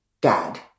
Dad